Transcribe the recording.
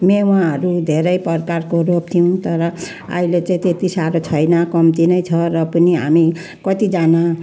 मेवाहरू धेरै प्रकारको रोप्थ्यौँ तर अहिले चाहिँ त्यत्ति साह्रो छैन कम्ती नै छ र पनि हामी कतिजना